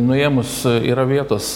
nuėmus yra vietos